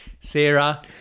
Sarah